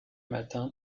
matin